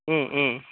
ம் ம்